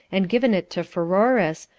and given it to pheroras,